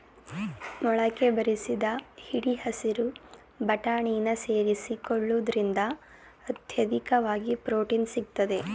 ಮೊಳಕೆ ಬರಿಸಿದ ಹಿಡಿ ಹಸಿರು ಬಟಾಣಿನ ಸೇರಿಸಿಕೊಳ್ಳುವುದ್ರಿಂದ ಅತ್ಯಧಿಕವಾಗಿ ಪ್ರೊಟೀನ್ ಸಿಗ್ತದೆ